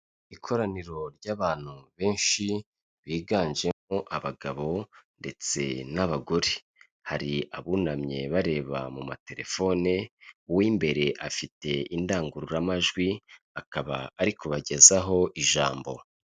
Ikoraniro ry'abantu benshi biganjemo abagabo ndetse n'abagore, hari abunamye bareba mu matelefone, uw'imbere afite indangururamajwi, akaba ari kubagezaho ijambo.